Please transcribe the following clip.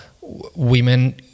women